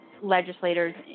legislators